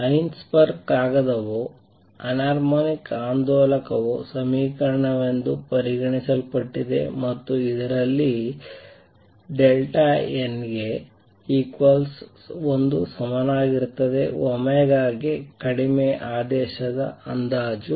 Heisenberg ಕಾಗದವು anharmonic ಆಂದೋಲಕ ಸಮೀಕರಣವೆಂದು ಪರಿಗಣಿಸಲ್ಪಟ್ಟಿದೆ ಮತ್ತು ಇದರಲ್ಲಿ n ಗೆ 1 ಸಮನಾಗಿರುತ್ತದೆ ಗಾಗಿ ಕಡಿಮೆ ಆದೇಶದ ಅಂದಾಜು